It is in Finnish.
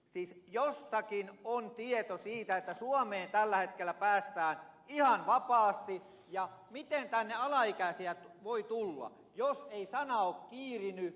siis jossakin on tieto siitä että suomeen tällä hetkellä päästään ihan vapaasti ja miten tänne alaikäisiä voi tulla jos ei sana ole kiirinyt